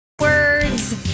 Words